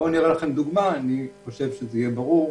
אראה לכם דוגמה, ואני חושב שזה יהיה ברור: